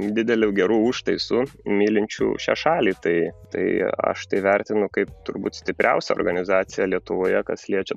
dideliu geru užtaisu mylinčių šią šalį tai tai aš tai vertinu kaip turbūt stipriausią organizaciją lietuvoje kas liečia